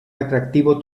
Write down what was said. atractivo